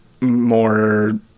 more